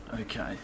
Okay